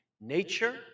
nature